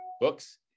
books